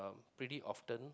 pretty often